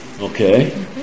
Okay